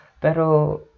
Pero